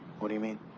what do you mean?